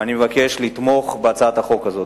ואני מבקש לתמוך בהצעת החוק הזאת.